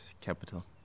capital